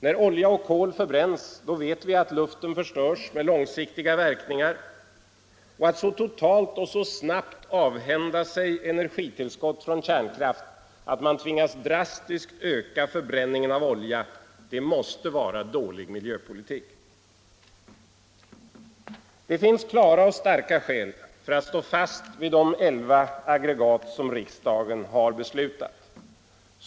När olja och kol förbränns, vet vi att luften förstörs med långsiktiga verkningar, och att så totalt och så snabbt avhända sig energitiliskott från kärnkraft att man tvingas drastiskt öka förbränningen av olja måste vara dålig miljöpolitik. Det finns klara och starka skäl för att stå fast vid de 11 aggregat som riksdagen har beslutat.